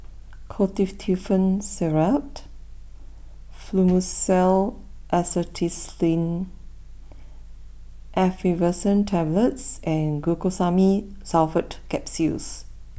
Ketotifen Syrup Fluimucil Acetylcysteine Effervescent Tablets and Glucosamine Sulfate Capsules